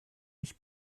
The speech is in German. mich